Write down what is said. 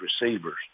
receivers